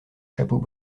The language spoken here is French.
chapeaux